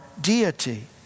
deity